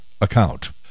account